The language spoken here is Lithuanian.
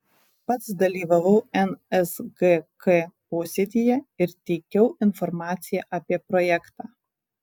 pats dalyvavau nsgk posėdyje ir teikiau informaciją apie projektą